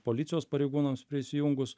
policijos pareigūnams prisijungus